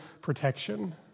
protection